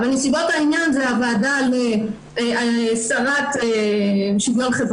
אבל נסיבות העניין זה השרה לשוויון חברתי,